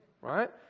right